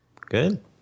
Good